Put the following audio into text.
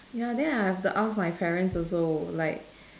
ya then I'll have to ask my parents also like